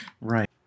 Right